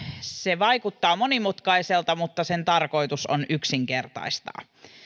se vaikuttaa monimutkaiselta mutta sen tarkoitus on yksinkertaistaa